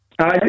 Hi